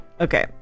Okay